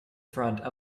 front